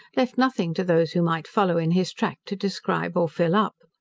left nothing to those who might follow in his track to describe, or fill up.